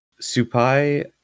Supai